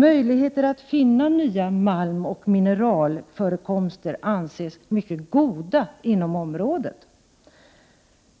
Möjligheter att finna nya malmoch mineralförekomster anses vara mycket goda inom området.